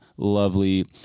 lovely